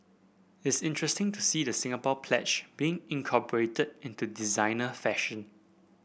it's interesting to see the Singapore Pledge being incorporated into designer fashion